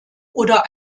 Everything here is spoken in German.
oder